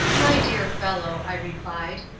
my dear fellow, i replied,